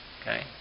Okay